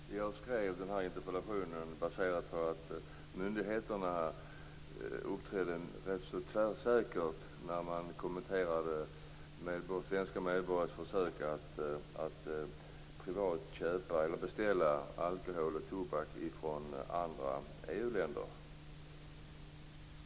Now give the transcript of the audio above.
Fru talman! Jag skrev denna interpellation baserat på att myndigheterna uppträdde ganska tvärsäkert när de kommenterade svenska medborgares försök att privat beställa alkohol och tobak från andra EU länder.